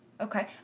Okay